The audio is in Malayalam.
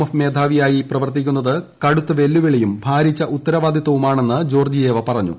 എഫ് മേധാവിയായി പ്രവർത്തിക്കുന്നത് കൂടുത്തിവെല്ലുവിളിയും ഭാരിച്ച ഉത്തരവാദിത്തവുമാണെന്ന് ജോർജിയ്യേവ പറഞ്ഞു